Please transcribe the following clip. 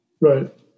right